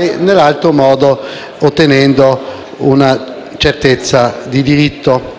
statale e ottenendo una certezza del diritto